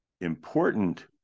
important